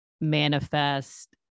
manifest